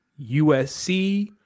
USC